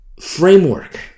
framework